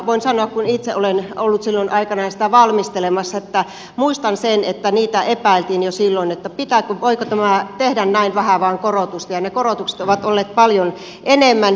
voin sanoa kun itse olen ollut silloin aikanaan sitä valmistelemassa että muistan sen että sitä epäiltiin jo silloin voiko tämä tehdä vain näin vähän korotusta ja ne korotukset ovat olleet paljon enemmän